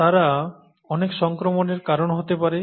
তারা অনেক সংক্রমণের কারণ হতে পারে